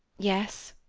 yes.